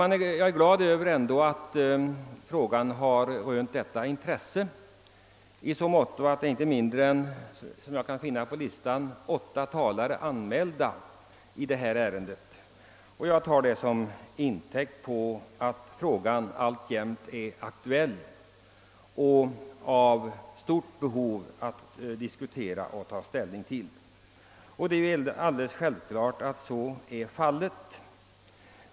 Jag är trots allt glad för att frågan rönt så stort intresse, att inte mindre än åtta ledamöter anmält sig på talarlistan till detta ärende. Jag tar det som intäkt för att frågan alltjämt är aktuell och i stort behov av diskussion och ställningstagande.